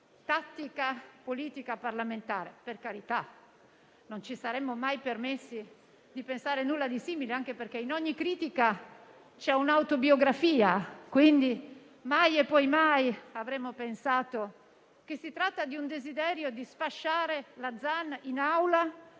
tattica politica parlamentare; per carità, non ci saremmo mai permessi di pensare nulla di simile, anche perché in ogni critica c'è un'autobiografia, quindi mai e poi mai avremmo pensato ad un desiderio di sfasciare il